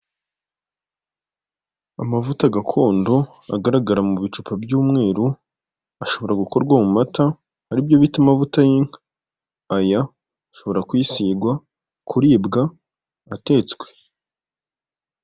Amavuta gakondo agaragara mu bicupa by'umweru, ashobora gukorwa mu mata, ari byo bita amavuta y'inka, aya ashobora kwisigwa, kuribwa atetswe.